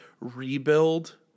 rebuild